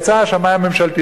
יצא השמאי הממשלתי,